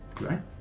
right